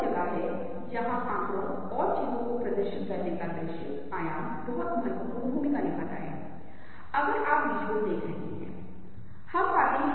एक सिद्धांत है जो हमें बताता है कि रंग भावनाओं के लिए अधिक अनुकूल हैं काले और सफेद चित्रों की तुलना में रंग बहुत मजबूत प्रमुख भावनात्मक भूमिका निभाते हैं और कुछ संदर्भ स्लाइड होंगे जो आपको इस बारे में एक विचार देंगे कि रंग कितने महत्वपूर्ण हैं